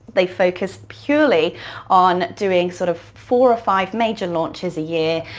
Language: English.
they focus purely on doing sort of four or five major launches a year.